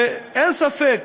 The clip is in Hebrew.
ואין ספק